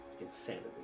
insanity